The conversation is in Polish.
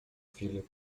filip